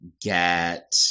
get